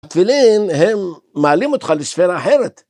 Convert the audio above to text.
תפילין הם מעלים אותך לספירה אחרת.